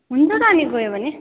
हुन्छ त अनि गयो भने